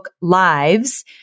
Lives